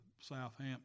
Southampton